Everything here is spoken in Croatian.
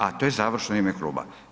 A to je završno u ime kluba?